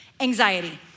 anxiety